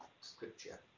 scripture